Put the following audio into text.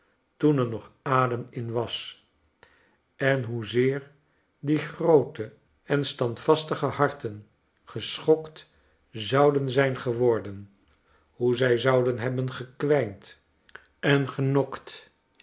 toen er nog adem in was en hoezeer die groote en standvastige harten geschokt zouden zijn geworden hoe zij zouden hebben gekwijnd en genokt